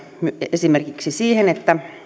esimerkiksi siihen että